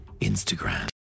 Instagram